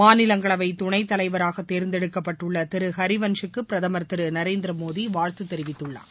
மாநிலங்களவை துணைத்தலைவராக தேர்ந்தெடுக்கப்பட்டுள்ள திரு ஹரிவன்ஷ் க்கு பிரதமர் திரு நரேந்திரமோடி வாழ்த்து தெரிவித்துள்ளார்